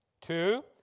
Two